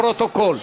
לפרוטוקול.